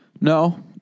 No